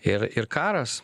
ir ir karas